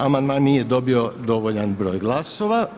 Amandman nije dobio dovoljan broj glasova.